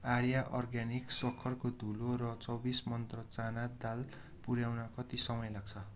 आर्य organic सक्खरको धुलो र चौबिस मन्त्रा चना दाल पुऱ्याउन कति समय लाग्छ